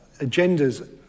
agendas